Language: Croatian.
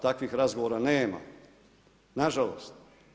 Takvih razgovora nema, na žalost.